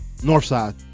Northside